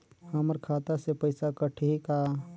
हमर खाता से पइसा कठी का?